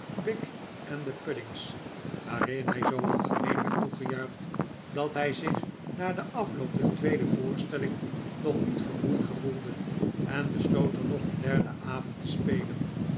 en de puddings waarin hij zoo algemeen werd toegejuicht dat hij zich na den afloop der tweede voorstelling nog niet vermoeid gevoelde en besloot er nog een derden avond te spelen